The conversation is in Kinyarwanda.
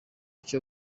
cyo